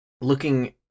looking